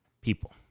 people